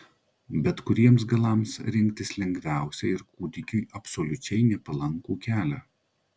bet kuriems galams rinktis lengviausia ir kūdikiui absoliučiai nepalankų kelią